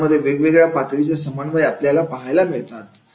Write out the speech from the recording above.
यामध्ये वेगवेगळ्या पातळीचे समन्वय आपल्याला पाहायला मिळतात